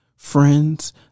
Friends